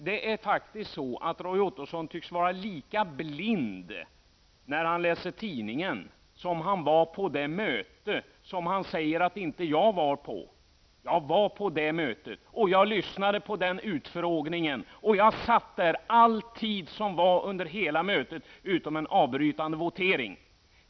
Det är faktiskt så att Roy Ottosson tycks vara lika blind när han läser tidningar som han var på det möte som han påstod att jag inte var med på. Jag var på den utfrågningen och lyssnade. Jag satt där hela tiden utom under en avbrytande votering.